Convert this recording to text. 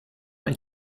ein